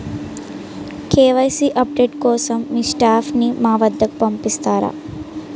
KYC update కోసం మీ staff ని మా వద్దకు పంపిస్తారా?